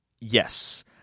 Yes